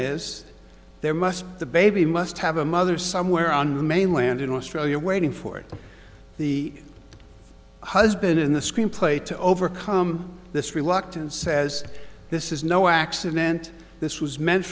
is there must the baby must have a mother somewhere on the mainland in australia waiting for the husband in the screenplay to overcome this reluctance says this is no accident this was meant